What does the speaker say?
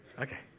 Okay